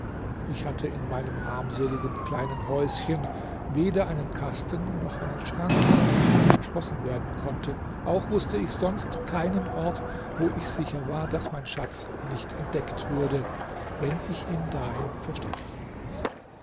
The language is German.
ich hatte in meinem armseligen kleinen häuschen weder einen kasten noch einen schrank der verschlossen werden konnte auch wußte ich sonst keinen ort wo ich sicher war daß mein schatz nicht entdeckt würde wenn ich ihn dahin versteckte